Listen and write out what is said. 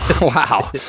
Wow